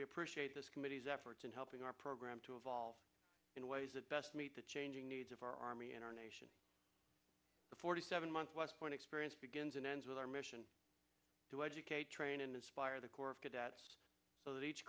we appreciate this committee's efforts in helping our program to evolve in ways that best meet the changing needs of our army and our nation the forty seven months was when experience begins and ends with our mission to educate train in this fire the corps of cadets so that each